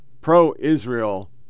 pro-Israel